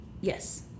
Yes